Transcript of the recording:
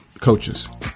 coaches